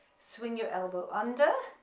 swing your elbow under,